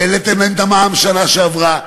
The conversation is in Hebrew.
העליתם להם את המע"מ בשנה שעברה,